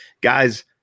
Guys